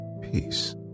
peace